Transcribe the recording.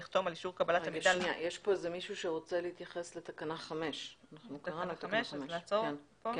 יש פה מישהו שרוצה להתייחס לתקנה 5. אז נעצור פה?